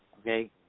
Okay